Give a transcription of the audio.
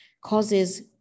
causes